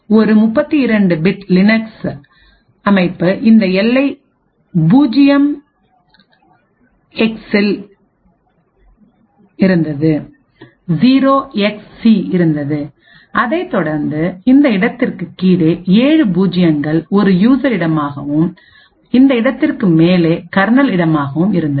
ஒரு 32 bit Linux அமைப்பு இந்த எல்லை பூஜ்ஜிய எக்ஸ்சியில் இருந்தது அதைத் தொடர்ந்து இந்த இடத்திற்கு கீழே ஏழு பூஜ்ஜியங்கள் ஒரு யூசர் இடமாகவும் இந்த இடத்திற்கு மேலே கர்னல் இடமாகவும் இருந்தது